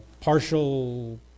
partial